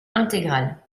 intégrale